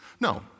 No